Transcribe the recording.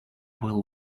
will